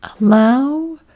Allow